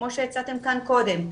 כמו שהצעתם כאן קודם,